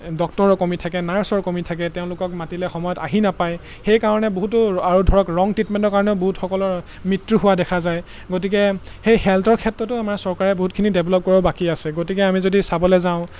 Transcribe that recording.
ডক্টৰৰ কমি থাকে নাৰ্ছৰ কমি থাকে তেওঁলোকক মাতিলে সময়ত আহি নাপায় সেইকাৰণে বহুতো আৰু ধৰক ৰং ট্ৰিটমেণ্টৰ কাৰণেও বহুতসকলৰ মৃত্যু হোৱা দেখা যায় গতিকে সেই হেল্থৰ ক্ষেত্ৰতো আমাৰ চৰকাৰে বহুতখিনি ডেভলপ কৰিব বাকী আছে গতিকে আমি যদি চাবলৈ যাওঁ